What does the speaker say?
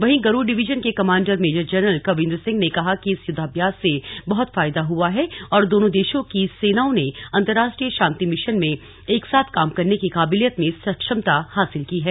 वहीं गरुड़ डिवीजन के commander major general Kavindra Singh ने कहा कि इस युद्धाभ्यास से बहत फायदा हुआ है और दोनों देशों की सेनाओं ने अंतरराष्ट्रीय शांति मिशन में एकसाथ काम करने की काबिलियत में सक्षमता हासिल की है